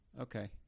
Okay